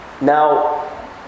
Now